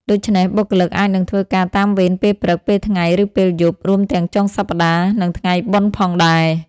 ដូច្នេះ បុគ្គលិកអាចនឹងធ្វើការតាមវេនពេលព្រឹក ពេលថ្ងៃ ឬពេលយប់ រួមទាំងចុងសប្ដាហ៍ និងថ្ងៃបុណ្យផងដែរ។